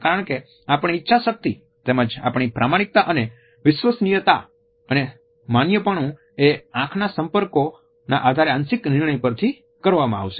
કારણ કે આપણી ઈચ્છા શક્તિ તેમજ આપણી પ્રામાણિકતા અને વિશ્વસનીયતા અને માન્યપણું એ આંખના સંપર્કો આધારે આંશિક નિર્ણય પરથી કરવામાં આવશે